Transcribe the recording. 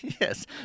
Yes